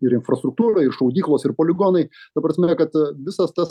ir infrastruktūra ir šaudyklos ir poligonai ta prasme kad visas tas